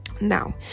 now